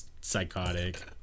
psychotic